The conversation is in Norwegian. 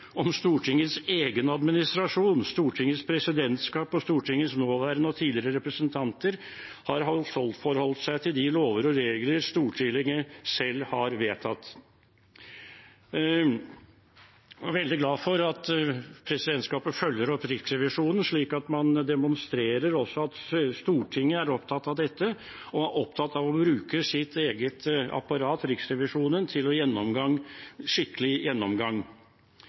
om Stortingets egen administrasjon, Stortingets presidentskap og Stortingets nåværende og tidligere representanter har forholdt seg til de lover og regler Stortinget selv har vedtatt. Jeg er veldig glad for at presidentskapet følger opp Riksrevisjonen, slik at man demonstrerer at også Stortinget er opptatt av dette og opptatt av å bruke sitt eget apparat, Riksrevisjonen, til en skikkelig gjennomgang.